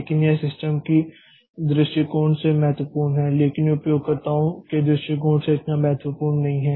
लेकिन यह सिस्टम के दृष्टिकोण से महत्वपूर्ण है लेकिन उपयोगकर्ताओं के दृष्टिकोण से इतना महत्वपूर्ण नहीं है